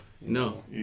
No